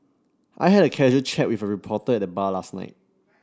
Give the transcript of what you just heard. I had a casual chat with a reporter at the bar last night